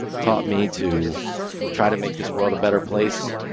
taught me to try to make this world a better place